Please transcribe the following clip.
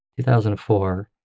2004